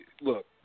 Look